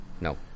No